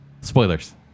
spoilers